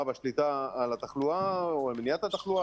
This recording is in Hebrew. והשליטה על התחלואה או על מניעת התחלואה,